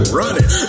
running